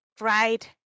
right